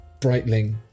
Breitling